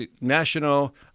National